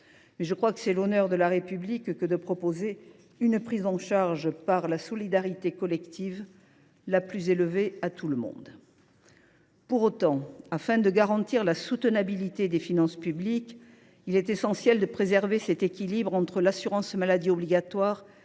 qu’il en soit, c’est l’honneur de la République que de proposer à tous une prise en charge par la solidarité collective aussi élevée. Pour autant, afin de garantir la soutenabilité des finances publiques, il est essentiel de préserver cet équilibre entre l’assurance maladie obligatoire